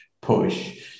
push